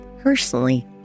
personally